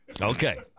Okay